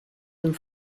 dem